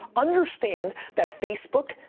understand that facebook,